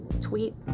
tweet